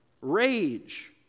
rage